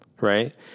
right